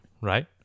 right